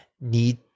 need